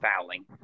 fouling